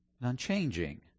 unchanging